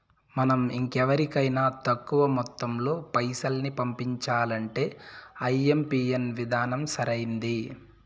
మనం ఇంకెవరికైనా తక్కువ మొత్తంలో పైసల్ని పంపించాలంటే ఐఎంపిన్ విధానం సరైంది